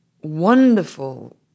wonderful